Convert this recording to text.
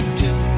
two